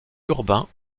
urbain